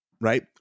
right